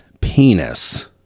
penis